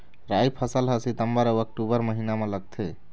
राई फसल हा सितंबर अऊ अक्टूबर महीना मा लगथे